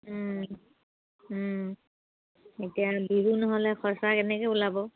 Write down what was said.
এতিয়া বিহু নহ'লে খৰচা কেনেকৈ ওলাব